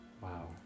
Wow